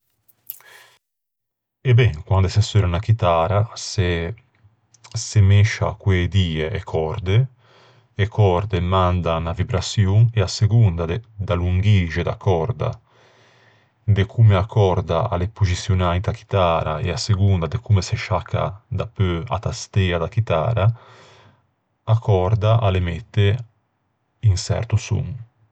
E ben, quande se seunna unna chitara se-se mescia co-e die e còrde. E còrde mandan unna vibraçion. E à segonda de-da longhixe da còrda, de comme a còrda a l'é poxiçionâ inta chitara e à segonda de comme se sciacca dapeu a tastea da chitara, a còrda a l'emette un çerto son.